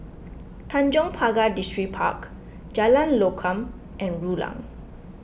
Tanjong Pagar Distripark Jalan Lokam and Rulang